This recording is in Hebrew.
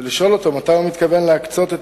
ולשאול אותו מתי הוא מתכוון להקצות את